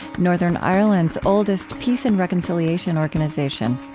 northern ireland's oldest peace and reconciliation organization.